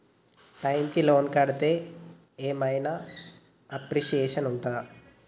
Time కి loan కడ్తే ఏం ఐనా అప్రిషియేషన్ ఉంటదా?